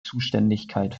zuständigkeit